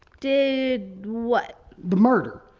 did what? the murder,